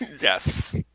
Yes